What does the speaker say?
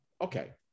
okay